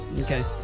Okay